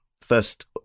first